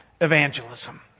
evangelism